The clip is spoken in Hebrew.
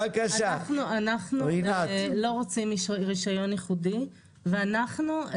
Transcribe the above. אנחנו לא רוצים רישיון ייחודי ואנחנו,